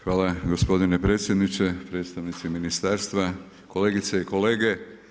Hvala gospodine predsjedniče, predstavnici ministarstva, kolegice i kolege.